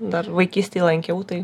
dar vaikystėj lankiau tai